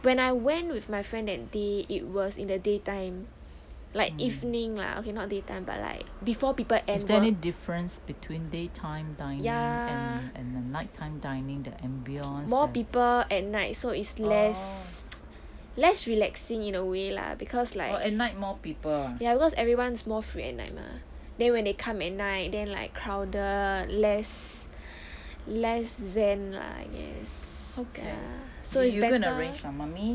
when I went with my friend that day it was in the daytime like evening lah okay not daytime but like before people end work ya more people at night so is less less relaxing in a way lah because like ya because everyone's more free and like mah then when they come at night then like crowded less less zen lah I guess so it's better